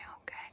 okay